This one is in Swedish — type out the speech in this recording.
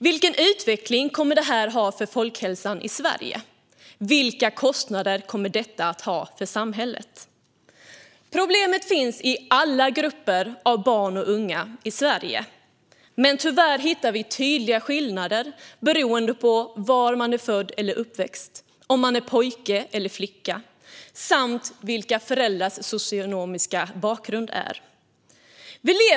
Vilken utveckling kommer detta att innebära för folkhälsan i Sverige? Vilka kostnader kommer det att innebära för samhället? Problemet finns i alla grupper av barn och unga i Sverige, men tyvärr hittar vi tydliga skillnader beroende på var man är född och uppvuxen, om man är pojke eller flicka samt vilken socioekonomisk bakgrund föräldrarna har.